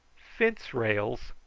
fence rails!